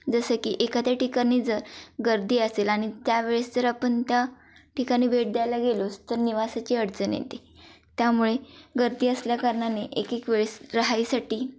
जसं की एखाद्या ठिकाणी जर गर्दी असेल आणि त्यावेळेस जर आपण त्या ठिकाणी भेट द्यायला गेलोच तर निवासाची अडचण येते त्यामुळे गर्दी असल्याकारणाने एक एक वेळेस राहायसाठी